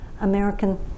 American